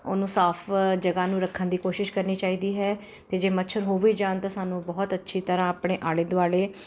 ਉਹਨੂੰ ਸਾਫ ਜਗ੍ਹਾ ਨੂੰ ਰੱਖਣ ਦੀ ਕੋਸ਼ਿਸ਼ ਕਰਨੀ ਚਾਹੀਦੀ ਹੈ ਅਤੇ ਜੇ ਮੱਛਰ ਹੋ ਵੀ ਜਾਣ ਤਾਂ ਸਾਨੂੰ ਬਹੁਤ ਅੱਛੀ ਤਰ੍ਹਾਂ ਆਪਣੇ ਆਲੇ ਦੁਆਲੇ